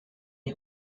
les